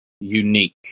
unique